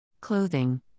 Clothing